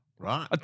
Right